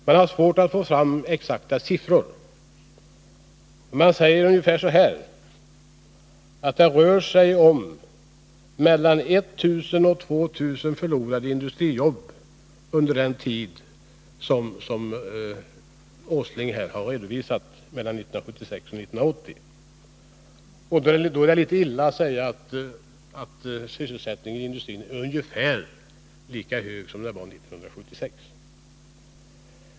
Man har svårt att få fram exakta siffror, men det rör sig om mellan 1 000 och 2 000 förlorade industrijobb under den tid Nils Åsling redovisat, nämligen 1976-1980. Då är det litet illa att säga att sysselsättningen inom industrin är ungefär lika hög som den var år 1976.